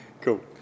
Cool